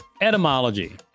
Etymology